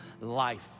life